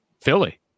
philly